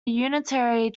unitary